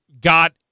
got